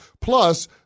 Plus